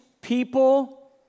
people